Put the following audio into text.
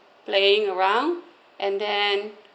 playing around and then